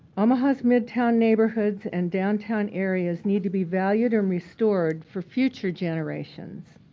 omaha's midtown neighborhoods and downtown areas need to be valued and restored for future generations.